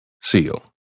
SEAL